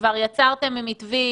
כבר יצרתם מתווים,